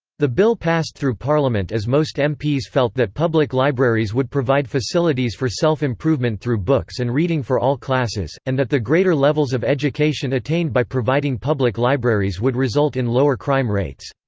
the bill passed through parliament as most mps felt that public libraries would provide facilities for self-improvement through books and reading for all classes, and that the greater levels of education attained by providing public libraries would result in lower crime rates.